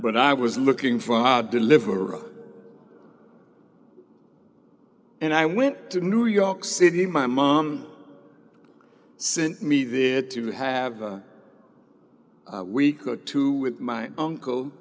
but i was looking for a deliverer and i went to new york city my mom sent me there to have a week or two with my uncle